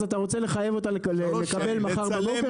אז אתה רוצה לחייב אותה לקבל מחר בבוקר